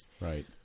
right